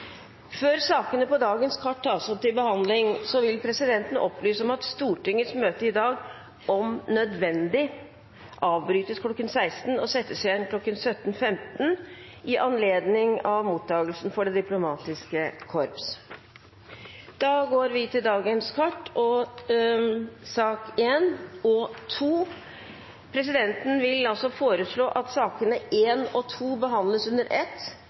Før sakene på dagens kart tas opp til behandling, vil presidenten opplyse om at Stortingets møte i dag om nødvendig avbrytes kl. 16 og settes igjen kl. 17.15 i anledning mottakelsen for det diplomatiske korps. Presidenten vil foreslå at sakene nr. 1 og 2 behandles under